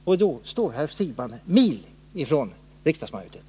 Och då står herr Siegbahn mil ifrån riksdagsmajoriteten.